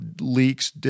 leaks